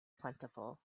plentiful